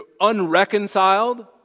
unreconciled